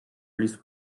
please